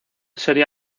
sería